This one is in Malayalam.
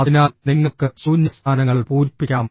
അതിനാൽ നിങ്ങൾക്ക് ശൂന്യസ്ഥാനങ്ങൾ പൂരിപ്പിക്കാം